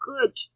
good